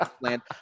land